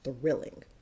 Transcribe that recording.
thrilling